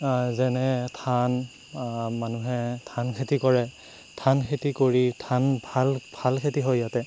যেনে ধান মানুহে ধান খেতি কৰে ধান খেতি কৰি ধান ভাল ভাল খেতি হয় ইয়াতে